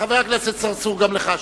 חבר הכנסת צרצור, גם לך שאלה.